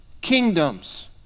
kingdoms